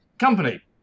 company